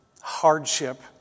hardship